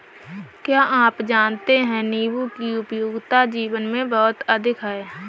क्या आप जानते है नीबू की उपयोगिता जीवन में बहुत अधिक है